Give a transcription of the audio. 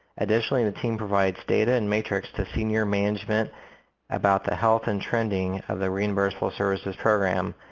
additionally, the team provides data and matrix to senior management about the health and trending of the reimbursable services program.